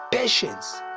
patience